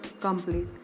complete